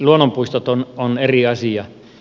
luonnonpuistot ovat eri asia